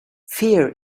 fear